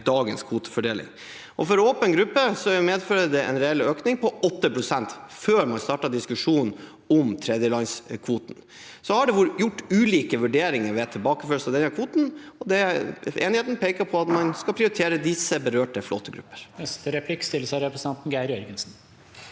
dagens kvotefordeling. For åpen gruppe medfører det en reell økning på 8 pst. – før man starter diskusjonen om tredjelandskvoten. Det har vært gjort ulike vurderinger ved tilbakeføring av denne kvoten. Enigheten peker på at man skal prioritere disse berørte flåtegruppene. Geir Jørgensen